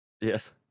Yes